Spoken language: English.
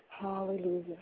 Hallelujah